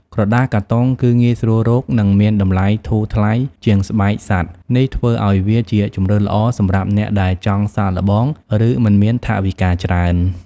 ក្រដាសកាតុងគឺងាយស្រួលរក និងមានតម្លៃធូរថ្លៃជាងស្បែកសត្វ នេះធ្វើឱ្យវាជាជម្រើសល្អសម្រាប់អ្នកដែលចង់សាកល្បង ឬមិនមានថវិកាច្រើន។